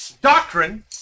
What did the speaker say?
doctrine